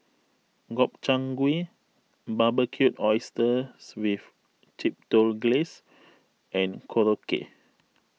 Gobchang Gui Barbecued Oysters with Chipotle Glaze and Korokke